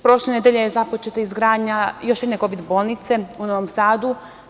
Prošle nedelje je započeta izgradnja još jedne kovid bolnice u Novom Sadu.